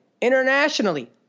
internationally